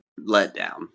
letdown